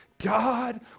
God